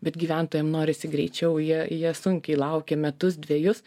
bet gyventojam norisi greičiau jie jie sunkiai laukia metus dvejus